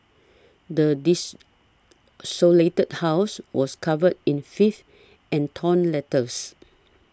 the desolated house was covered in filth and torn letters